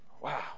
Wow